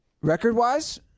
Record-wise